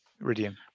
Iridium